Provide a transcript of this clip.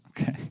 Okay